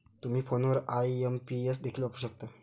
तुम्ही फोनवर आई.एम.पी.एस देखील वापरू शकता